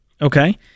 Okay